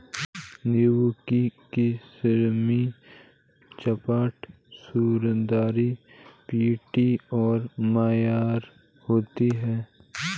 नींबू की किस्में चपटी, खुरदरी, मीठी और मेयर होती हैं